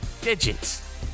digits